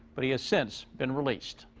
but has since been released.